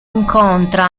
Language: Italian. incontra